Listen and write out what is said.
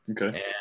Okay